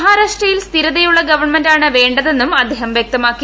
മഹാരാഷ്ട്രയിൽ സ്ഥിരതയുള്ള ഗവൺമെന്റാണ് വേണ്ടതെന്നും അദ്ദേഹം വുക്തമാക്കി